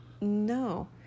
No